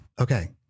okay